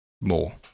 more